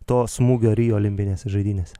to smūgio rio olimpinėse žaidynėse